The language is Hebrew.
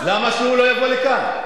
למה שהוא לא יבוא לכאן?